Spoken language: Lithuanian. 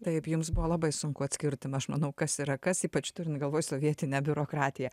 taip jums buvo labai sunku atskirti aš manau kas yra kas ypač turint galvoj sovietinę biurokratiją